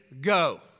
go